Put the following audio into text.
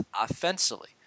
offensively